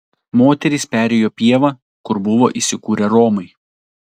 moterys perėjo pievą kur buvo įsikūrę romai